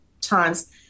times